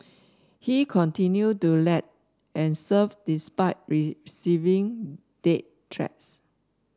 he continued to lead and serve despite receiving death threats